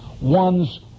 one's